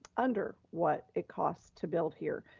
under what it costs to build here.